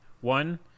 One